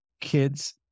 kids